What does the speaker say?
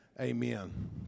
amen